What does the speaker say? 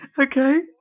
okay